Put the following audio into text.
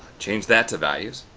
change that to values.